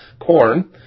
corn